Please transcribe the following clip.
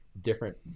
different